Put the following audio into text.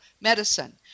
medicine